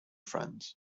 friends